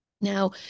Now